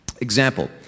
Example